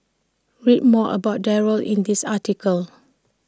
read more about Darryl in this article